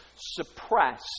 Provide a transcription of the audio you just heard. suppress